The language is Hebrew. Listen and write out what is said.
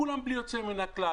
כולם בלי יוצא מן הכלל,